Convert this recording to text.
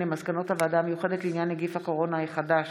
על מסקנות הוועדה המיוחדת לעניין נגיף הקורונה החדש